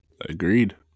Agreed